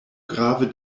grave